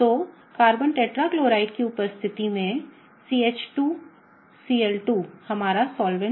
तो CCl4 की उपस्थिति में CH2Cl2 हमारा विलायक है